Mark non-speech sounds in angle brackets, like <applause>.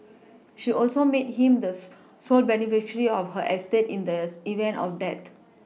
<noise> she also made him the <unintelligible> sole beneficiary of her estate in the event of dead